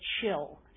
chill